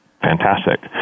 fantastic